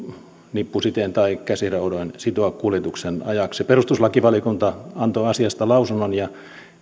nippusitein tai käsiraudoin sitoa kuljetuksen ajaksi perustuslakivaliokunta antoi asiasta lausunnon ja